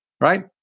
right